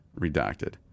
redacted